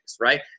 right